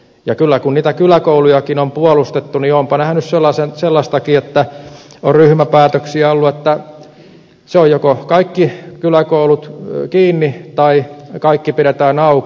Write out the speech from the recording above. ja kun niitä kyläkoulujakin on puolustettu niin olenpa nähnyt sellaistakin että on ryhmäpäätöksiä ollut että se on joko kaikki kyläkoulut kiinni tai kaikki pidetään auki